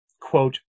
quote